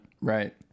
right